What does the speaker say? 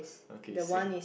okay same